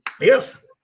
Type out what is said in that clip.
Yes